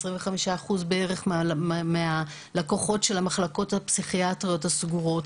25 אחוזים בערך מהלקוחות של המחלקות הפסיכיאטריות הסגורות.